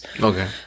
Okay